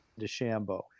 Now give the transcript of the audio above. DeChambeau